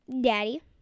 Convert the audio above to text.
Daddy